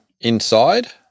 inside